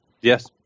Yes